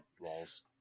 walls